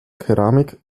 keramik